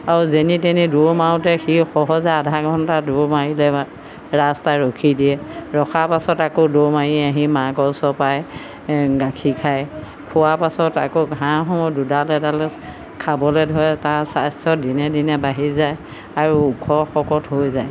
আৰু যেনি তেনি দৌৰ মাৰোঁতে সি সহজে আধা ঘণ্টা দৌৰ মাৰিলে বা ৰাস্তাই ৰখি দিয়ে ৰখাৰ পাছত আকৌ দৌৰ মাৰি আহি মাকৰ ওচৰ পায় গাখীৰ খায় খোৱাৰ পাছত আকৌ ঘাঁহো দুডাল এডাল খাবলৈ ধৰে তাৰ স্বাস্থ্য দিনে দিনে বাঢ়ি যায় আৰু ওখ শকত হৈ যায়